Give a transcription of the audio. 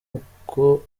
uko